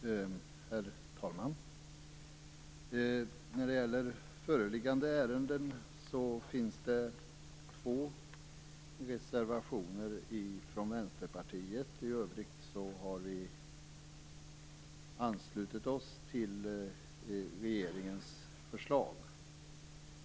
Herr talman! När det gäller föreliggande ärende finns det två reservationer från Vänsterpartiet. I övrigt har vi anslutit oss till regeringens förslag.